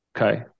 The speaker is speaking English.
Okay